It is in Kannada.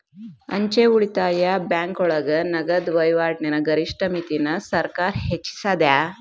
ಅಂಚೆ ಉಳಿತಾಯ ಬ್ಯಾಂಕೋಳಗ ನಗದ ವಹಿವಾಟಿನ ಗರಿಷ್ಠ ಮಿತಿನ ಸರ್ಕಾರ್ ಹೆಚ್ಚಿಸ್ಯಾದ